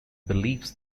believes